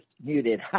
muted